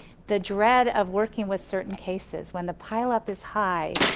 the dread of working with certain cases when the pile-up is high,